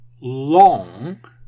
long